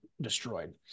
destroyed